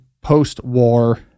post-war